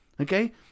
okay